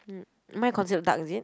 mm mine considered dark is it